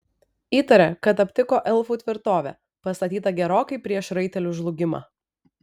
įtarė kad aptiko elfų tvirtovę pastatytą gerokai prieš raitelių žlugimą